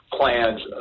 plans